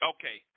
Okay